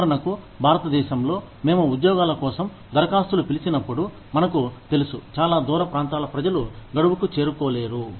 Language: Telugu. ఉదాహరణకు భారతదేశంలో మేము ఉద్యోగాలకోసం దరఖాస్తులు పిలిచినప్పుడు మనకు తెలుసు చాలా దూర ప్రాంతాల ప్రజలు గడువుకు చేరుకోలేరు